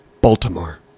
Baltimore